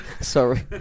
Sorry